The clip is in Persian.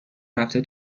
رفته